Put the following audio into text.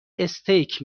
استیک